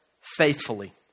faithfully